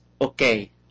okay